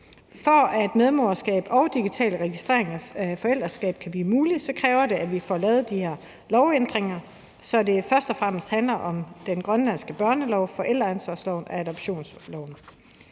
For at medmoderskab og digitale registreringer af forældreskab kan blive muligt, kræver det, at vi får lavet de her lovændringer, så det først og fremmest handler om den grønlandske børnelov, forældreansvarsloven og adoptionsloven.